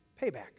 payback